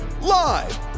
Live